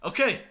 Okay